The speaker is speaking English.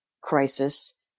crisis